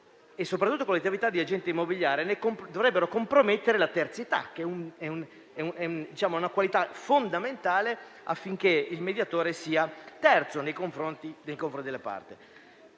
soprattutto le attività di agente immobiliare dovrebbero compromettere la terzietà che è una qualità fondamentale affinché il mediatore sia terzo nei confronti delle parti.